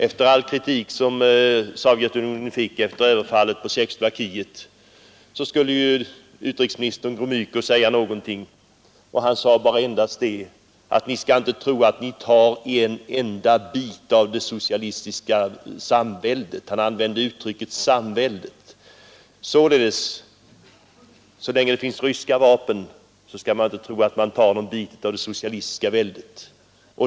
Efter all kritik som Sovjetunionen fick efter överfallet på Tjeckoslovakien skulle utrikesministern Gromyko säga någonting. Han sade endast: Ni skall inte tro att ni tar en enda bit av det socialistiska samväldet. Han använde uttrycket samväldet. Så länge det finns ryska vapen skall man inte tro att man tar någon bit av det socialistiska väldet.